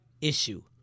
issue